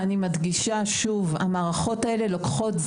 אני מדגישה שוב, המערכות האלה לוקחות זמן.